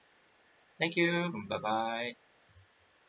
thank you mm bye bye